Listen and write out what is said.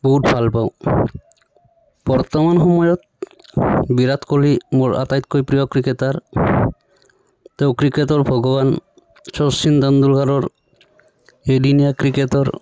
বহুত ভাল পাওঁ বৰ্তমান সময়ত বিৰাট ক'হলী মোৰ আটাইতকৈ প্ৰিয় ক্ৰিকেটাৰ তেওঁ ক্ৰিকেটৰ ভগৱান শচীন তেণ্ডুলকাৰৰ এদিনীয়া ক্ৰিকেটৰ